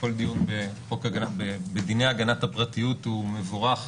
כל דיון בדיני הגנת הפרטיות הוא מבורך,